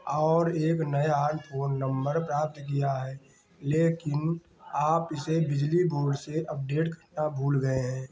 और एक नया फ़ोन नम्बर प्राप्त किया है लेकिन आप इसे बिजली बोर्ड से अपडेट करना भूल गए हैं